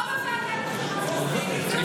רגע, שנייה.